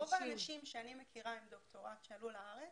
רוב האנשים שאני מכירה עם דוקטורט שעלו לארץ,